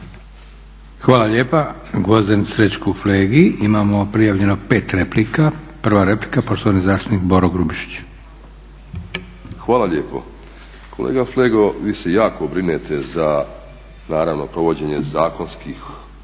Hvala lijepa Gvozden Srećku Flegi. Imamo prijavljeno pet replika. Prva replika, poštovani zastupnik Boro Grubišić. **Grubišić, Boro (HDSSB)** Hvala lijepo. Kolega Flego, vi se jako brinete za naravno provođenje zakonskih